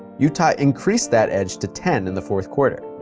utah increased that edge to ten in the fourth quarter.